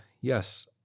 Yes